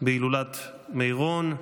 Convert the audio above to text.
בהילולת מירון.